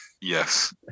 Yes